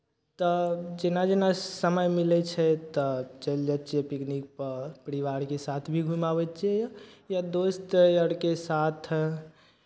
तऽ जेना जेना समय मिलै छै तऽ चलि जाइ छियै पिकनिकपर परिवारके साथ भी घुमि आबै छियै या दोस्त अरके साथ